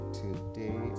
today